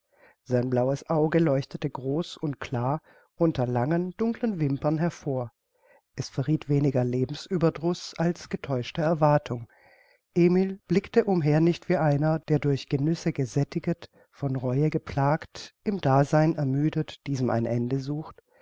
sein blaues auge leuchtete groß und klar unter langen dunklen wimpern hervor es verrieth weniger lebensüberdruß als getäuschte erwartung emil blickte umher nicht wie einer der durch genüsse gesättiget von reue geplagt im dasein ermüdet diesem ein ende sucht